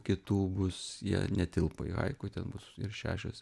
kitų bus jie netilpo į haiku ten bus ir šešios